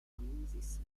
amuzis